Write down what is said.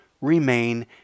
remain